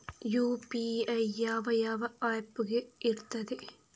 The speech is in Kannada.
ಯು.ಪಿ.ಐ ಯಾವ ಯಾವ ಆಪ್ ಗೆ ಇರ್ತದೆ?